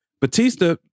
Batista